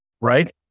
right